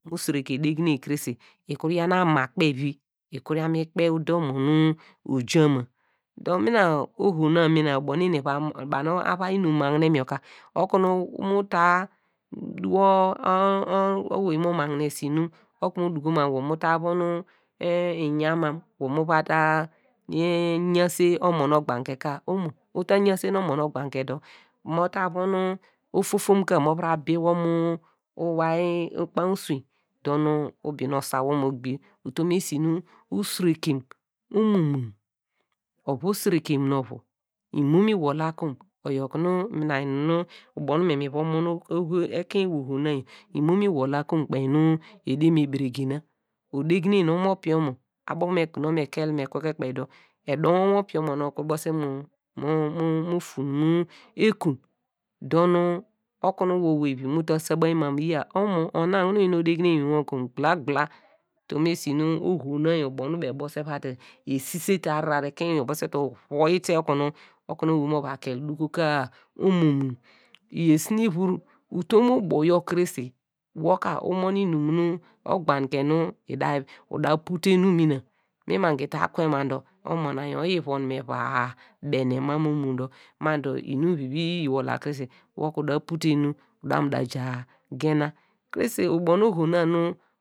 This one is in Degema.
Ikuru yaw nu amakpe vi ikuru yaw mi kpe ude omo nu oja ma, dor nuna oho na ubo nu eni eva mon banu avai lnum magnem yor ka okunu muta wor ubo ewey mo magnese lnum okunu mu duko wor mu, mu ta von iya mam wor muva ta yanse omo nu ogbanke ka omo, uta yanse omo nu ogbanke dor mo ta von ofofom ka, movia biwn mu uvai, ukpainy uswein dor nu ubi nu osawo mo gbiye, utom esi nu usirekem omo munu, ovu osireke munu ovu, imomi wol la kom, oyor kunu mina lnum nu, ubo nu me miva mon oho ekein wey oho na yaw, imom mi wol la kom kpe nu ede nu beregena, odegne nu omo- pinyi omo abo okunu ekel me kwe kwe kpe dor edoinwu omopinyi omo nu obese mo, mo. mo fun mu ekun dor nu okunu wor owey vivi mu ta sabainyi mam mu iya omo ona okunu oyin odegne lnwinwo kom gbila gbila, utom esi nu oho na yor ubo nu baw ebese va te esise te ahrar ekein ewey obese te ovuoite okunu owey mova kel duko ka omomunu iyor esi nu ivur, utom ubo yar krese wor ka umon lnum nu ogbanke nu eda, uda pute enu mina, mi manki ta kwe ma dor omo na oyi von me va bene mam omo dor lnum vivi iyi ta wol la krese woka uda pute enu udam da ja gena krese ubo nu oho na nu.